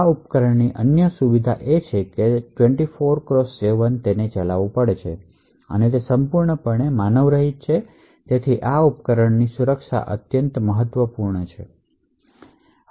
આ ઉપકરણોની અન્ય સુવિધાઓ એ છે કે તેને 24 બાય 7 ચલાવવું પડે છે અને તે સંપૂર્ણપણે માનવરહિત છે અને તેથી આ ઉપકરણોની સુરક્ષા અત્યંત મહત્વપૂર્ણ છે